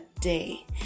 day